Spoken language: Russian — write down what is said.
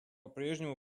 прежнему